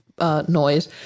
Noise